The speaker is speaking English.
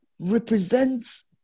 represents